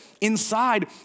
inside